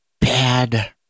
bad